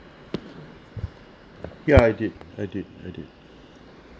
ya I did I did I did